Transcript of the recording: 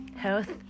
Health